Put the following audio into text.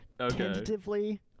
tentatively